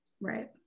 Right